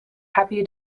happy